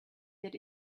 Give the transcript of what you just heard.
that